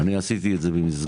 אני עשיתי את זה במסגרת,